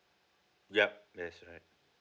yup that's right